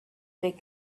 big